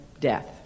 death